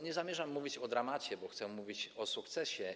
Nie zamierzam mówić o dramacie, bo chcę mówić o sukcesie.